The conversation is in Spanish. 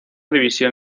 división